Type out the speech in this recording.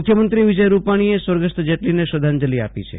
મુખ્યમંત્રી વિજય રૂપાણીએ સ્વાર્ગસ્થ જેટલીને શ્રધ્ધાંજલી આપી છે